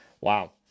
Wow